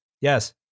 Yes